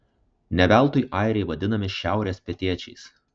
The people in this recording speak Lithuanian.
ne veltui airiai vadinami šiaurės pietiečiais